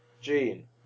Jean